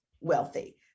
wealthy